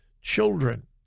children